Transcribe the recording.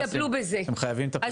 טפלו בזה.